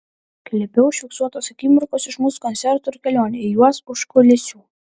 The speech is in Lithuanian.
klipe užfiksuotos akimirkos iš mūsų koncertų ir kelionių į juos užkulisių